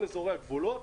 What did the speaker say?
כל אזורי הגבולות,